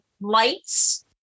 lights